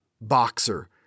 Boxer